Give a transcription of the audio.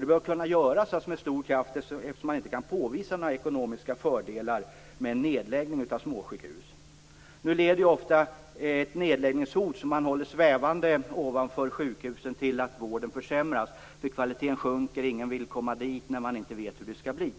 Detta bör kunna göras med stor kraft eftersom man inte kan påvisa några ekonomiska fördelar med en nedläggning av småsjukhusen. Nu leder ofta ett nedläggningshot som man håller svävande ovanför sjukhusen till att vården försämras. Kvaliteten sjunker. Ingen vill komma dit när man inte vet hur det skall bli.